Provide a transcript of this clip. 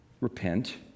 repent